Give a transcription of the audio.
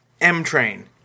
M-Train